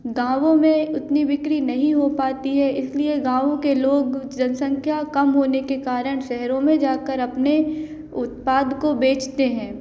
गाँवो में उतनी बिक्री नहीं हो पाती है इसलिए गावों के लोग जनसंख्या कम होने के कारण शेहरों में जा कर अपने उत्पाद को बेचते हैं